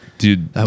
Dude